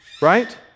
right